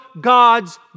God's